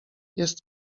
jest